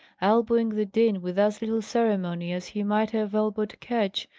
elbowing the dean with as little ceremony as he might have elbowed ketch,